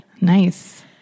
Nice